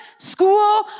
School